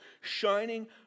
shining